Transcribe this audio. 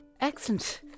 Excellent